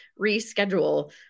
reschedule